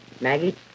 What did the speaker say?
Maggie